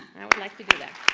i would like to do that.